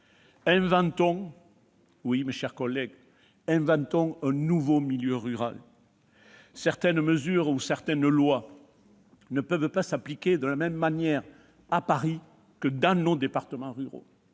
territoire. Mes chers collègues, inventons un nouveau milieu rural : ainsi, certaines mesures ou certaines lois ne peuvent pas s'appliquer de la même manière à Paris et dans nos départements ruraux,